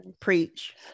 preach